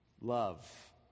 Love